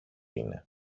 είναι